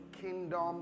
kingdom